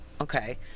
Okay